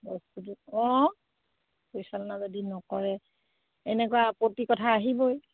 বস্তুটো অঁ পৰিচালনা যদি নকৰে এনেকুৱা আপত্তি কথা আহিবই